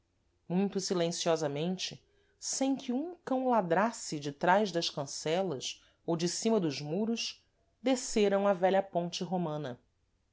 muito silenciosamente sem que um cão ladrasse detrás das cancelas ou de cima dos muros desceram a vélha ponte romana